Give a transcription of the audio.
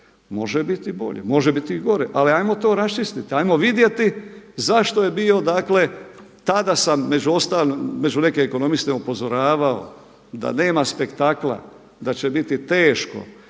Može biti i bolje, može biti i gore, ali hajmo to raščistiti, hajmo vidjeti zašto je bio, dakle tada sam među nekim ekonomistima upozoravao da nema spektakla, da će biti teško,